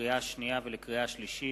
לקריאה שנייה ולקריאה שלישית: